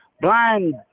blind